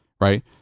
right